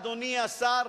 אדוני השר,